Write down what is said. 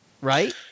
right